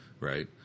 right